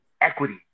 equity